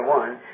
one